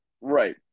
Right